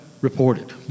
reported